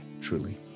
truly